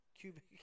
cubic